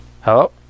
Hello